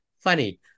funny